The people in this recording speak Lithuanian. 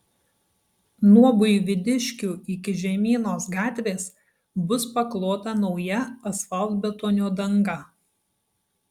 nuo buivydiškių iki žemynos gatvės bus paklota nauja asfaltbetonio danga